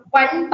one